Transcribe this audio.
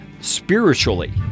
spiritually